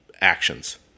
actions